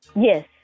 Yes